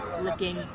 looking